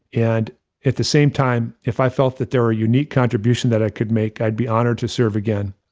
and at the same time, if i felt that there are unique contributions that i could make, i'd be honored to serve again.